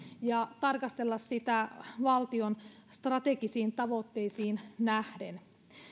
ja tarkastella sitä valtion strategisiin tavoitteisiin nähden